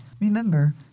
Remember